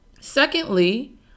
Secondly